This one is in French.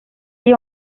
est